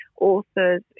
authors